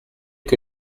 que